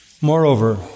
Moreover